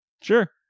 Sure